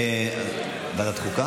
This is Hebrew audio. ועדת החוקה?